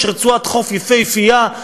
יש רצועת חוף יפהפייה,